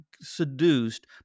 seduced